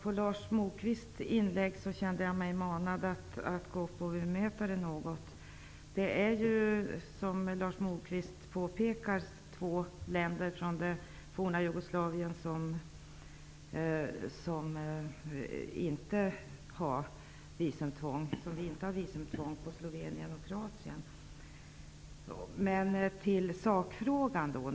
Herr talman! Jag kände mig manad att något gå upp och bemöta Lars Moquists inlägg. Som Lars Moquist påpekade har vi när det gäller det forna Så till sakfrågan.